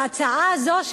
וההצעה הזאת,